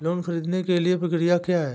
Loan ख़रीदने के लिए प्रक्रिया क्या है?